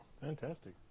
Fantastic